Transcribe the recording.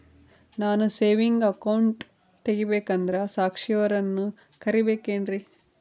ನಾನು saving account ತೆಗಿಬೇಕಂದರ ಸಾಕ್ಷಿಯವರನ್ನು ಕರಿಬೇಕಿನ್ರಿ?